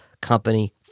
company